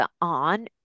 on